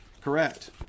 Correct